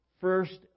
first